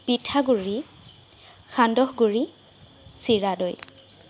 পিঠাগুৰি সান্দহগুৰি চিৰা দৈ